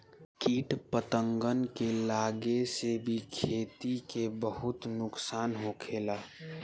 किट पतंगन के लागे से भी खेती के बहुत नुक्सान होखेला